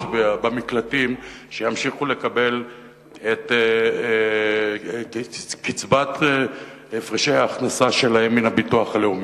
במקלטים ימשיכו לקבל את קצבת הפרשי ההכנסה שלהן מהביטוח הלאומי,